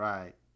Right